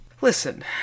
Listen